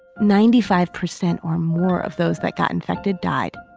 ninety-five percent or more of those that got infected died.